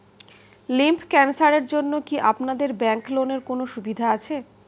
Lymph ক্যানসারের জন্য কি আপনাদের ব্যঙ্কে লোনের কোনও সুবিধা আছে?